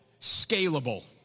scalable